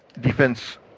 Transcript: defense